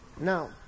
Now